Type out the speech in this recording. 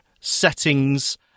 settings